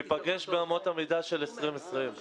התשל"א-1971 נתקבלו.